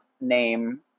name